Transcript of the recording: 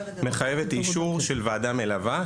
מחייבת אישור של ועדה מלווה.